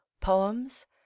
poems